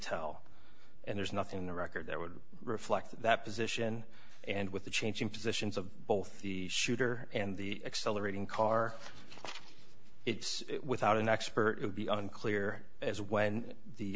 tell and there's nothing in the record that would reflect that position and with the changing positions of both the shooter and the accelerating car it's without an expert it would be unclear as when the